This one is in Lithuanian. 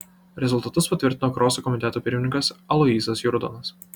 rezultatus patvirtino kroso komiteto pirmininkas aloyzas jurdonas